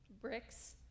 Bricks